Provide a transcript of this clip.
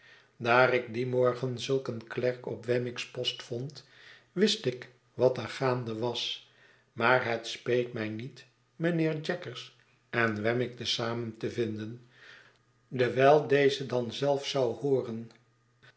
daar ik dien morgen zulk een klerk op wemmick's post vond wist ik water gaande was maar het speet mij niet mijnheer jaggers en wemmick te zamen te vinden dewijl deze dan zelf zou hooren